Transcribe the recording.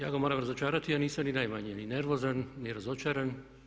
Ja ga moram razočarati, ja nisam ni najmanje ni nervozan, ni razočaran.